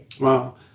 Wow